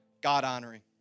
God-honoring